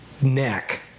neck